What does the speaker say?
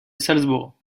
salzbourg